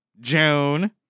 June